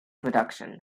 production